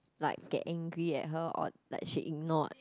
like get angry at her or like she ignored